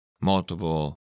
multiple